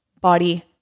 body